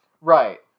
Right